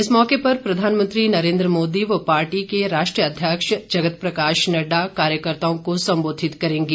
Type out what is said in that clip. इस मौके पर प्रधानमंत्री नरेन्द्र मोदी व पार्टी के राष्ट्रीय अध्यक्ष जगत प्रकाश नड्डा कार्यकर्ताओं को संबोधित करेंगे